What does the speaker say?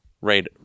right